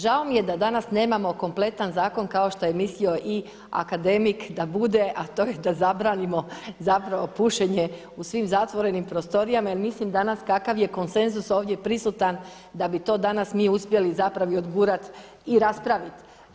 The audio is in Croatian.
Žao mi je da danas nemamo kompletan zakon kao što je mislio i akademik da bude, a to je da zabranimo zapravo pušenje u svim zatvorenim prostorijama jer mislim danas kakav je konsenzus ovdje prisutan, da bi to danas mi uspjeli zapravo i odgurati i raspravit.